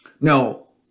no